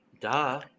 Duh